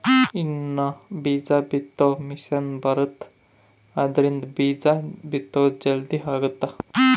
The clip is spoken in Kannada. ಇನ್ನ ಬೀಜ ಬಿತ್ತೊ ಮಿಸೆನ್ ಬರುತ್ತ ಆದ್ರಿಂದ ಬೀಜ ಬಿತ್ತೊದು ಜಲ್ದೀ ಅಗುತ್ತ